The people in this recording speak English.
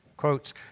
Quotes